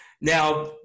Now